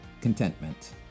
contentment